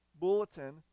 bulletin